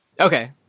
Okay